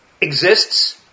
exists